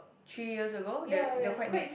three years ago they're they're quite new